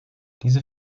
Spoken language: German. diese